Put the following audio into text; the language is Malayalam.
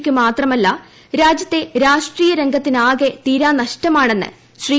ക്ക് മാത്രമല്ല രാജ്യത്തെ രാഷ്ട്രീയ രംഗത്തിനാകെ തീരാ നഷ്ടമാണെന്ന് ശ്രീ